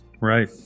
right